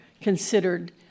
considered